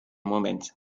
moment